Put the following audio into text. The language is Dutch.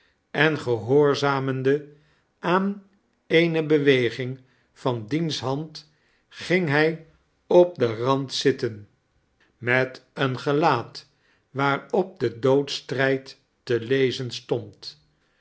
en gehoorzamende aan eerie beweging van diens hand ging hij op den rand zitten met een gelaat waarop de doodstrijd te lezen stond